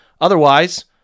Otherwise